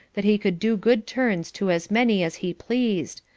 that he could do good turns to as many as he pleased,